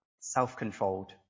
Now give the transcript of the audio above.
self-controlled